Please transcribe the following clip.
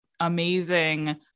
Amazing